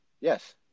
Yes